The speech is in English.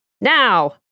Now